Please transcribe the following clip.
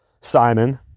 simon